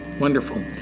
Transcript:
Wonderful